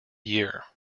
year